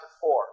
four